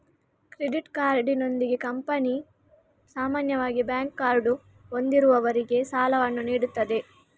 credit ಕಾರ್ಡಿನೊಂದಿಗೆ company ಸಾಮಾನ್ಯವಾಗಿ bank card ಹೊಂದಿರುವವರಿಗೆ ಸಾಲವನ್ನು ನೀಡುತ್ತದೆ